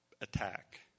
attack